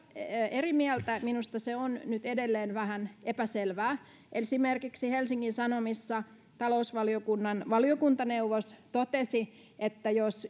eri mieltä minusta se on nyt edelleen vähän epäselvää esimerkiksi helsingin sanomissa talousvaliokunnan valiokuntaneuvos totesi että jos